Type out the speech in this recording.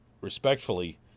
respectfully